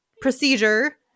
procedure